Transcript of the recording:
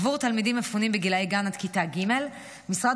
עבור תלמידים מפונים בגילי גן עד כיתה ג' משרד